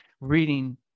reading